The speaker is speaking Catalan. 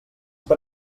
per